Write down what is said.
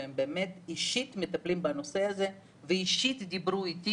שהם אישית מטפלים בנושא הזה ואישית דיברו איתי